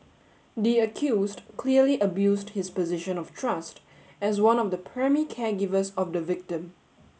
the accused clearly abused his position of trust as one of the primary caregivers of the victim